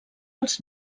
els